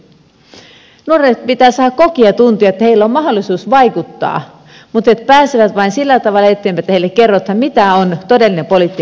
nuorten pitää saada kokea ja tuntea että heillä on mahdollisuus vaikuttaa mutta he pääsevät vain sillä tavalla eteenpäin että heille kerrotaan mitä on todellinen poliittinen toiminta